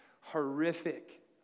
horrific